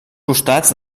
costats